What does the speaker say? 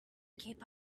keep